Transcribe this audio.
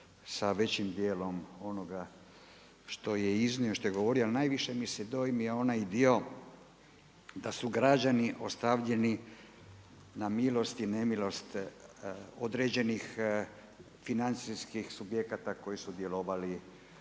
sa većim dijelom onoga što je iznio, što je govorio, ali najviše mi se dojmio onaj dio da su građani ostavljeni na milost i nemilost određenih financijskih subjekata koji su djelovali